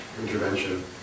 intervention